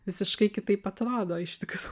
visiškai kitaip atrado iš tikro